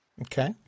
Okay